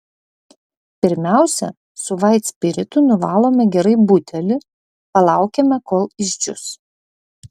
pirmiausia su vaitspiritu nuvalome gerai butelį palaukiame kol išdžius